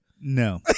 No